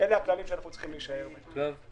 ואלה הכללים שאנחנו צריכים להישאר בהם.